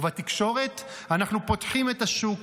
ובתקשורת אנחנו פותחים את השוק,